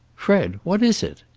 fred! what is it?